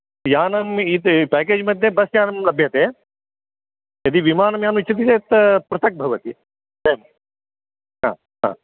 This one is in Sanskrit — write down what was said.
यानं इति पेकेज् मध्ये बस् यानं लभ्यते यदि विमानयानम् इच्छति चेत् पृथक् भवति तत् हा हा